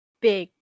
big